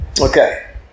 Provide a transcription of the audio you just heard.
Okay